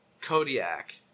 Kodiak